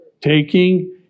taking